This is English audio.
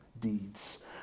deeds